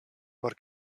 por